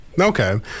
Okay